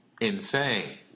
insane